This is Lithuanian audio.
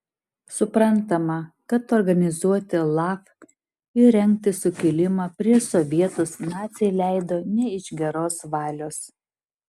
suprantama kad organizuoti laf ir rengti sukilimą prieš sovietus naciai leido ne iš geros valios